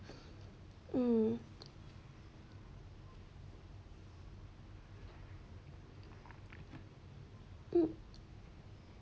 hmm hmm